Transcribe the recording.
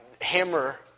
hammer